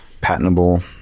patentable